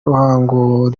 ruhango